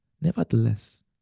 Nevertheless